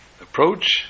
approach